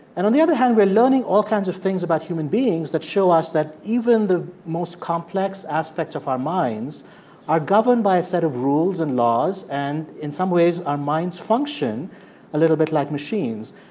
and on the other hand, we're learning all kinds of things about human beings that show us that even the most complex aspects of our minds are governed by a set of rules and laws and in some ways, our minds function a little bit like machines.